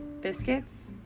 biscuits